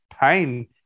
pain